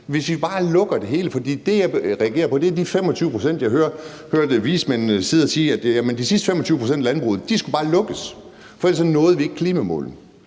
hvis vi bare lukker det hele. Det, jeg reagerer på, er det, jeg hørte vismændene sige, nemlig at de sidste 25 pct. af landbruget bare skulle lukkes, for ellers nåede vi ikke klimamålene.